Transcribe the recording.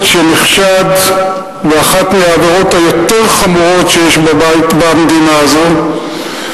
שנחשד באחת מהעבירות החמורות יותר שיש במדינה הזאת,